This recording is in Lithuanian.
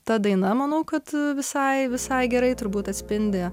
ta daina manau kad visai visai gerai turbūt atspindi